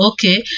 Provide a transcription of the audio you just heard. Okay